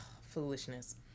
foolishness